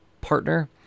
partner